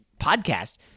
podcast